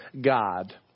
God